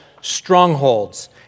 strongholds